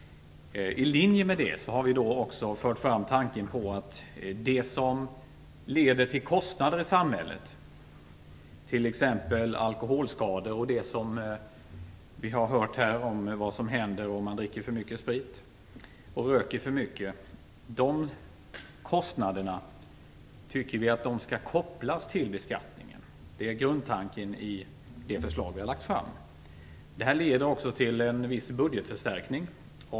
I linje med detta resonemang har vi också fört fram tanken på att det som leder till kostnader i samhället - t.ex. alkoholskador och annat som blir följden av att man dricker för mycket sprit och röker för mycket - skall kopplas till beskattningarna. Det är grundtanken i det förslag som vi har lagt fram. Detta leder också till en viss budgetförstärkning.